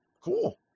cool